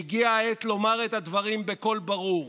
והגיעה העת לומר את הדברים בקול ברור.